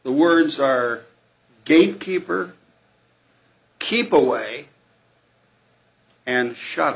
the words are gatekeeper keep away and sh